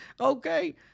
Okay